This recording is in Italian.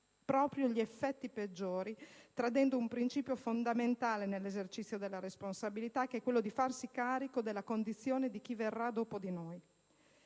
proprio gli effetti peggiori, tradendo un principio fondamentale nell'esercizio della responsabilità, che è quello di farsi carico della condizione di chi verrà dopo di noi.